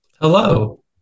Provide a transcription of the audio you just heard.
hello